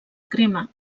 crema